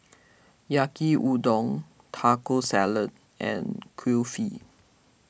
Yaki Udon Taco Salad and Kulfi